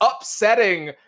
upsetting